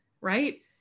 right